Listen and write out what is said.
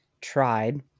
tried